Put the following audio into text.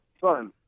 fun